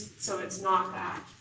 so it's not that.